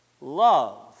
love